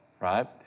right